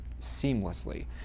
seamlessly